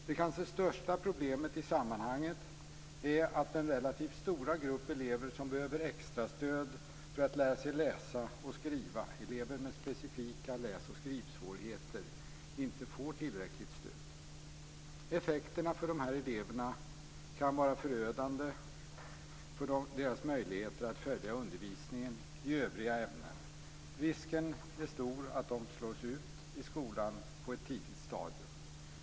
Det kanske största problemet i sammanhanget är att den relativt stora grupp elever som behöver extra stöd för att lära sig läsa och skriva, elever med specifika läs och skrivsvårigheter, inte får tillräckligt stöd. Effekterna kan vara förödande för de här eleverna och för deras möjligheter att följa undervisningen i övriga ämnen. Risken är stor att de slås ut på ett tidigt stadium i skolan.